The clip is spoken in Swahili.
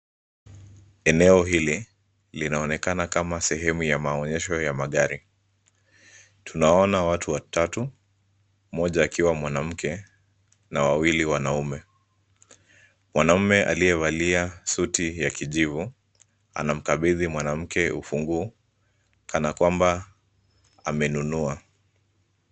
Eneo hili linaonekana kama sehemu ya maonyesho ya magari. Tunaona watu watatu, mmoja akiwa mwanamke na wawili wanaume. Mwanamme aliyevalia suti ya kijivu, anamkabidhi mwanamke ufunguo, kanakwamba amenunua.